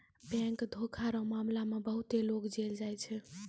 bank धोखा रो मामला मे बहुते लोग जेल जाय छै